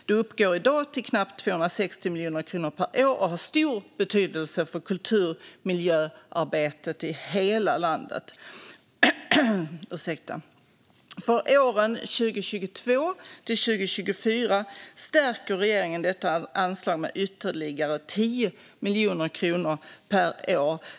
Det uppgår i dag till knappt 260 miljoner kronor per år och har stor betydelse för kulturmiljöarbetet i hela landet. För åren 2022-2024 stärker regeringen detta anslag med ytterligare 10 miljoner kronor per år.